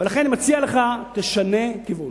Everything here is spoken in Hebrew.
ולכן אני מציע לך, תשנה כיוון.